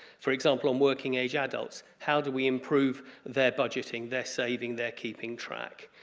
for example on working-age adults how do we improve their budgeting their saving their keeping track?